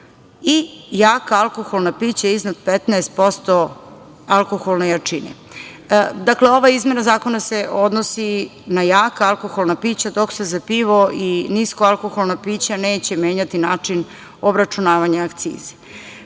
i jaka alkoholna pića iznad 15% alkoholne jačine. Ova izmena zakona se odnosi na jaka alkoholna pića, dok se za pivo niska alkoholna pića neće menjati način obračunavanja akcize. Sada